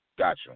Gotcha